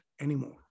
anymore